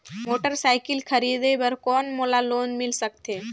Motorcycle खरीदे बर कौन मोला लोन मिल सकथे?